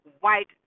white